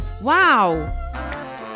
Wow